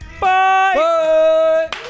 Bye